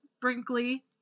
Brinkley